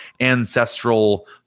ancestral